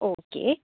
okay